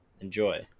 Enjoy